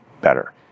better